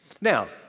Now